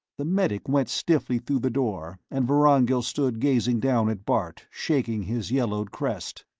the medic went stiffly through the door, and vorongil stood gazing down at bart, shaking his yellowed crest.